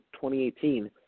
2018